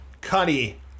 Cuddy